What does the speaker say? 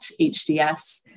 HDS